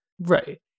Right